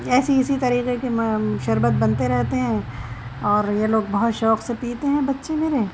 ایسی اسی طریقے کے شربت بنتے رہتے ہیں اوریہ لوگ بہت شوق سے پیتے ہیں بچے میرے